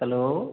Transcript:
hello